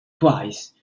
twice